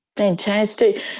Fantastic